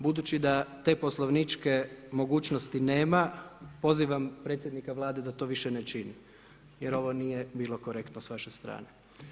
Budući da te poslovničke mogućnosti nema, pozivam predsjednika vlade da to više ne čini jer ovo nije bilo korektno s vaše strane.